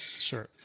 Sure